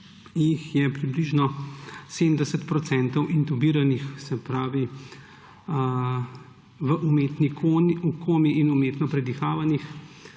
jih je približno 70 % intubiranih, se pravi v umetni komi, in umetno predihavanih.